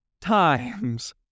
Times